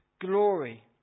glory